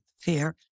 fear